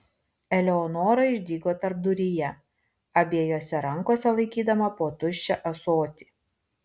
eleonora išdygo tarpduryje abiejose rankose laikydama po tuščią ąsotį